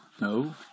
No